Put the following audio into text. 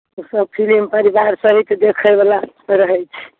ओ सब फिल्म परिवार सहित देखऽ बाला रहै छै